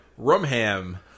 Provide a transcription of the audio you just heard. Rumham